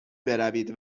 بروید